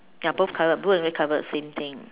ya both colour blue and red colour same thing